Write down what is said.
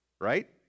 Right